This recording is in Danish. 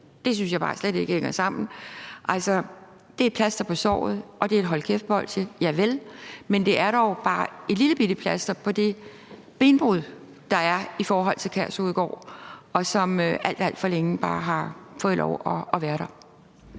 Det synes jeg bare slet ikke hænger sammen. Det er et hold kæft-bolsje, og det er også et plaster på såret, javel, men det er dog kun et lillebitte plaster på det benbrud, der er i forhold til Kærshovedgård, og som alt, alt for længe bare har fået lov at være der.